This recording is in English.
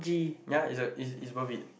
ya is a it's it's worth it